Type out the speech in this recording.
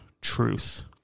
truth